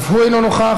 אף הוא אינו נוכח.